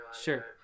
Sure